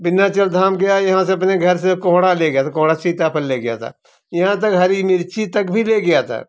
विंध्याचल धाम गया यहाँ से अपने घर से कोहड़ा ले गया कोहड़ा सीताफल ले गया था यहाँ तक कि हरी मिर्ची तक तक भी ले गया था